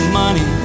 money